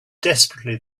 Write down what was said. desperately